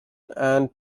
and